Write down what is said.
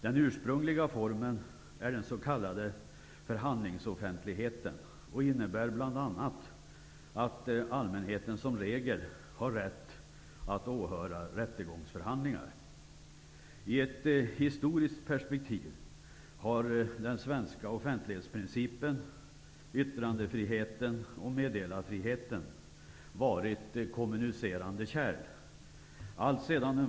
Den ursprungliga formen är den s.k. förhandlingsoffentligheten och innebär bl.a. att allmänheten som regel har rätt att åhöra rättegångsförhandlingar. I ett historiskt perspektiv har den svenska offentlighetsprincipen, yttrandefriheten och meddelarfriheten varit kommunicerande kärl.